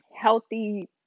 Healthy